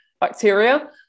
bacteria